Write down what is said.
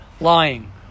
lying